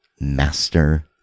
Master